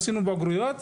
עשינו בגרויות,